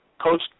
Coach